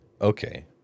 Okay